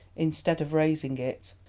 instead of raising it,